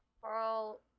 Carl